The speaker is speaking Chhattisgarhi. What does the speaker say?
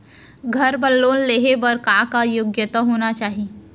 घर बर लोन लेहे बर का का योग्यता होना चाही?